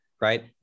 Right